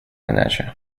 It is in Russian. иначе